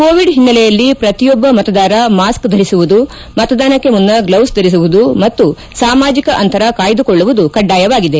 Covid ಹಿನ್ನೆಲೆಯಲ್ಲಿ ಪ್ರತಿಯೊಬ್ಬ ಮತದಾರ ಮಾಸ್ಕ್ ಧರಿಸುವುದು ಮತದಾನಕ್ಕೆ ಮುನ್ನ ಗ್ಲೆಸ್ ಧರಿಸುವುದು ಮತ್ತು ಸಾಮಾಜಿಕ ಅಂತರ ಕಾಯ್ದುಕೊಳ್ಳುವುದು ಕಡ್ಡಾಯವಾಗಿದೆ